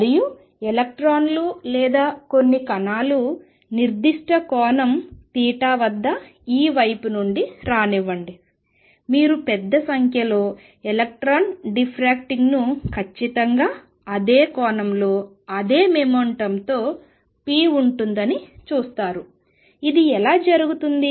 మరియు ఎలక్ట్రాన్లు లేదా కొన్ని కణాలు నిర్దిష్ట కోణం తీటా వద్ద ఈ వైపు నుండి రావనివ్వండి మీరు పెద్ద సంఖ్యలో ఎలక్ట్రాన్ డిఫ్రాక్టింగ్ను ఖచ్చితంగా అదే కోణంలో అదే మొమెంటం pతో ఉందని చూస్తారు ఇది ఎలా జరుగుతుంది